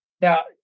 Now